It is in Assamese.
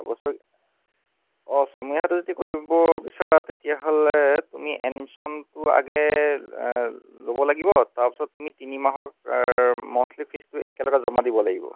বছৰী অঁ ছমহীয়াটো যদি কৰিব বিচাৰা তেতিয়াহ'লে তুমি এডমিশ্যনটো আগে ল'ব লাগিব তাৰপিছত তুমি তিনি মাহত মন্থলী ফিজটো একেলগে জমা দিব লাগিব